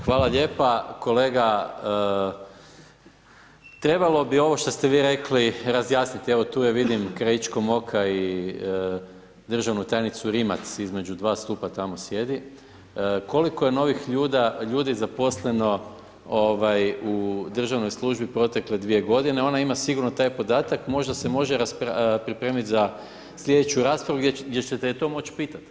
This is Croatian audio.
Hvala lijepa, kolega trebalo bi ovo šta ste vi rekli razjasniti, evo tu je vidim krajičkom oka i državnu tajnicu Rimac između dva stupa tamo sjedi, koliko je novih ljudi zaposleno ovaj u državnoj službi u protekle dvije godine, ona ima sigurno taj podatak, možda se može pripremit za slijedeću raspravu gdje ćete je to moć pitat.